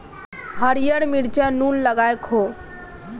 हरियर मिरचाई नोन लगाकए खो